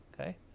okay